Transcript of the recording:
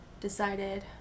decided